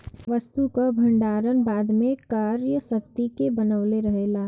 वस्तु कअ भण्डारण बाद में क्रय शक्ति के बनवले रहेला